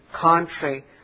contrary